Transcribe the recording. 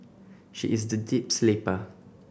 she is the deep sleeper